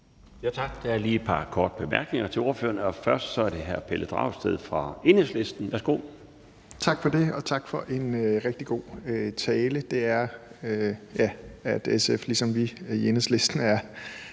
Tak. Der er lige et par korte bemærkninger til ordføreren. Først er det hr. Pelle Dragsted fra Enhedslisten. Værsgo. Kl. 12:53 Pelle Dragsted (EL): Tak for det, og tak for en rigtig god tale. SF er ligesom os i Enhedslisten lidt